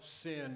sin